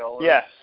Yes